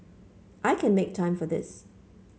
I can make time for this